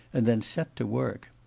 and then set to work.